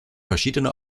verschiedener